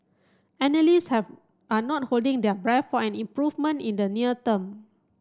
analysts have are not holding their breath for an improvement in the near term